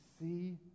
see